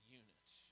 units